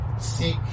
seek